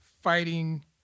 fighting